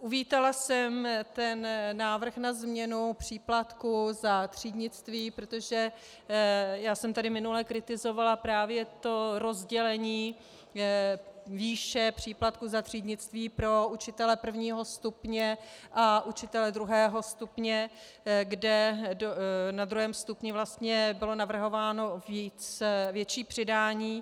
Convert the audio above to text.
Uvítala jsem návrh na změnu příplatku za třídnictví, protože já jsem tady minule kritizovala právě to rozdělení výše příplatku za třídnictví pro učitele prvního stupně a učitele druhého stupně, kde na druhém stupni vlastně bylo navrhováno větší přidání.